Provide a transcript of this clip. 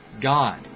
God